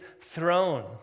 throne